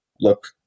Look